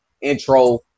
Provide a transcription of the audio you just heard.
intro